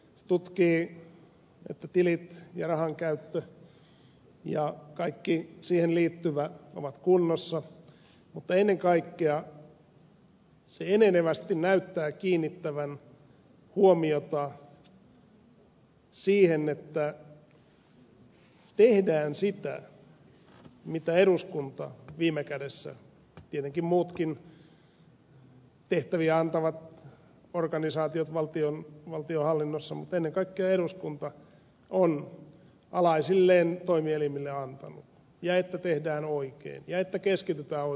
se tutkii että tilit rahankäyttö ja kaikki siihen liittyvä ovat kunnossa mutta ennen kaikkea se enenevästi näyttää kiinnittävän huomiota siihen että tehdään sitä mitä eduskunta viime kädessä tietenkin muutkin tehtäviä antavat organisaatiot valtionhallinnossa mutta ennen kaikkea eduskunta on alaisilleen toimielimille tehtäväksi antanut ja että tehdään oikein ja että keskitytään oikeisiin asioihin